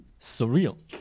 Surreal